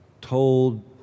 told